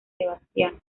sebastián